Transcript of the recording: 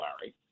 larry